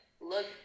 look